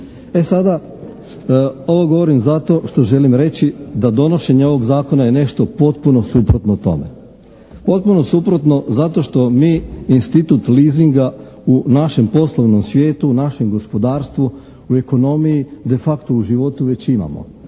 E sada ovo govorim zato što želim reći da donošenje ovog Zakona je nešto potpuno suprotno tome. Potpuno suprotno zato što mi institut leasinga u našem poslovnom svijetu, u našem gospodarstvu, u ekonomiji, de facto u životu već imamo.